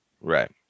right